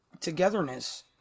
togetherness